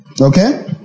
Okay